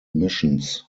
missions